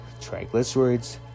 triglycerides